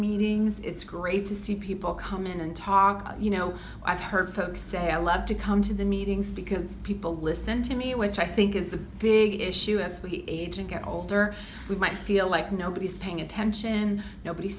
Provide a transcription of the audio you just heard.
meetings it's great to see people come in and talk about you know i've heard folks say i love to come to the meetings because people listen to me which i think is a big issue as we age and get older we might feel like nobody's paying attention and nobody